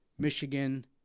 Michigan